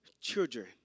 children